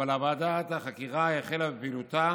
אבל ועדת החקירה החלה בפעילותה